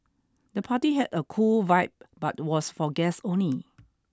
the party had a cool vibe but was for guests only